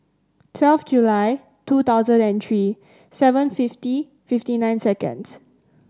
twelve July two thousand and three seven fifty fifty nine seconds